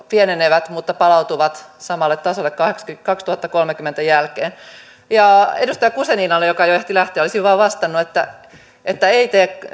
pienenevät mutta palautuvat samalle tasolle vuoden kaksituhattakolmekymmentä jälkeen edustaja guzeninalle joka jo ehti lähteä olisin vain vastannut että että ei tee